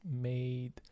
made